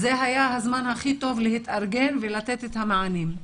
זה היה הזמן הכי טוב להתארגן ולתת את המענים,